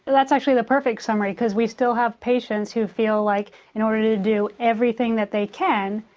that's actually the perfect summary, because we still have patients who feel like in order to do everything that they can,